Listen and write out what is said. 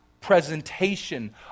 presentation